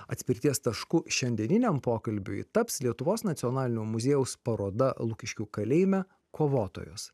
atspirties tašku šiandieniniam pokalbiui taps lietuvos nacionalinio muziejaus paroda lukiškių kalėjime kovotojos